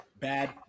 Bad